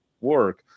work